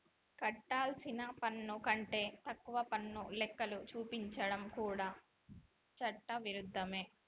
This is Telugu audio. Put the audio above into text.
కట్టాల్సిన పన్ను కంటే తక్కువ పన్ను లెక్కలు చూపించడం కూడా చట్ట విరుద్ధమే